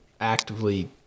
actively